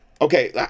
Okay